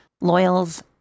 Loyal's